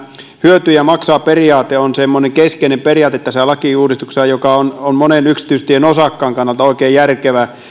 hyötyjä maksaa periaate on semmoinen keskeinen periaate tässä lakiuudistuksessa joka on on monen yksityistien osakkaan kannalta oikein järkevä